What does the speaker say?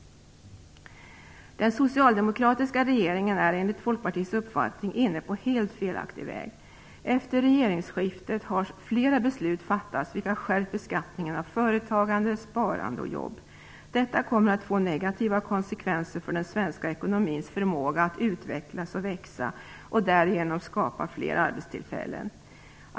Den socialdemokratiska regeringen är, enligt Folkpartiets uppfattning, inne på en helt felaktig väg. Efter regeringsskiftet har flera beslut fattats som har skärpt beskattningen på företagande, sparande och jobb. Detta kommer att få negativa konsekvenser för den svenska ekonomins förmåga att utvecklas och växa och därigenom skapa fler arbetstillfällen.